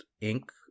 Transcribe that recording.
ink